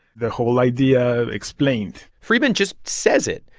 the whole idea explained friedman just says it.